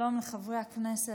שלום לחברי הכנסת,